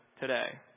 today